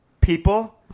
People